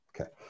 okay